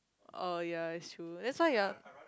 uh ya is true that's why ah